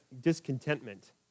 discontentment